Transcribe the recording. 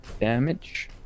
Damage